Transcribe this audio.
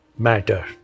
matter